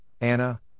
Anna